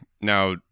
Now